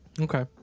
Okay